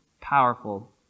powerful